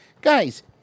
Guys